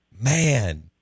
Man